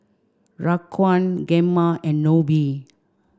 Raquan Gemma and Nobie